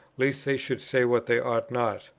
lest they should say what they ought not.